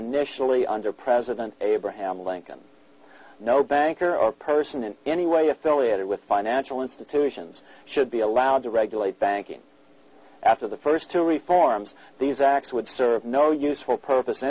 initially under president abraham lincoln no banker or person in any way affiliated with financial institutions should be allowed to regulate banking after the first two reforms these acts would serve no useful purpose an